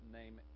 name